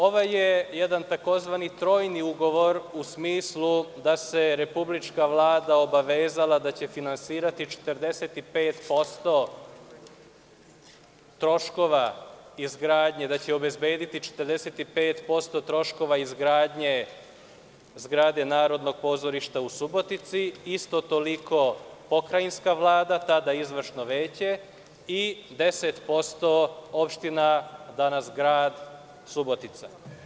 Ovo je tzv. trojni ugovor, u smislu da se Republička Vlada obavezala da će finansirati 45% troškova izgradnje, da će obezbediti 45% troškova izgradnje zgrade Narodnog pozorišta u Subotici, isto toliko pokrajinska Vlada, tada Izvršno veće, i 10% opština, danas grad Subotica.